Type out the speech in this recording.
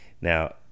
Now